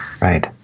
Right